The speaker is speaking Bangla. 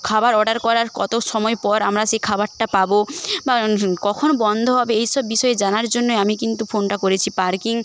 খাবার অর্ডার করার কত সময় পর আমরা সেই খাবারটা পাব বা কখন বন্ধ হবে এই সব বিষয়ে জানার জন্য আমি কিন্তু ফোনটা করেছি পার্কিং